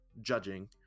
judging